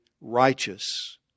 righteous